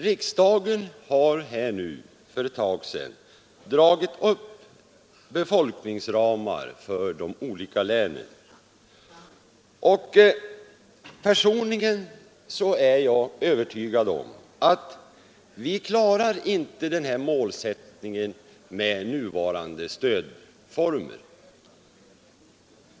Riksdagen har för ett tag sedan dragit upp befolkningsramar för de olika länen. Personligen är jag övertygad om att vi inte klarar den målsättningen med nuvarande stödformer.